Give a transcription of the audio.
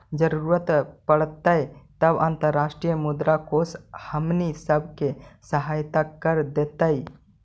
जरूरत पड़तई तब अंतर्राष्ट्रीय मुद्रा कोश हमनी सब के सहायता कर देतई